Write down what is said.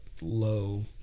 low